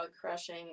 crushing